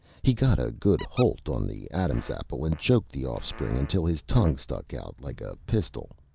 he got a good holt on the adam's apple and choked the offspring until his tongue stuck out like a pistil.